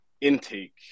intake